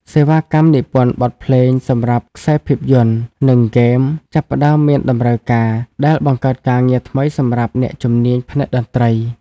សេវាកម្មនិពន្ធបទភ្លេងសម្រាប់ខ្សែភាពយន្ត និងហ្គេម ចាប់ផ្តើមមានតម្រូវការ ដែលបង្កើតការងារថ្មីសម្រាប់អ្នកជំនាញផ្នែកតន្ត្រី។